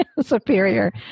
superior